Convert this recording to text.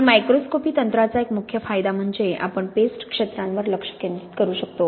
आणि मायक्रोस्कोपी तंत्राचा एक मुख्य फायदा म्हणजे आपण पेस्ट क्षेत्रांवर लक्ष केंद्रित करू शकतो